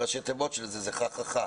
ראשי התיבות שלו הם חה-חה-חה.